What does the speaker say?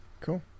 Cool